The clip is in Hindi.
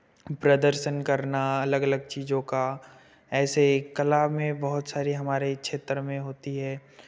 प्रदर्शन करना अलग अलग चीज़ों का ऐसे ये कला में बहुत सारी हमारे क्षेत्र में होती है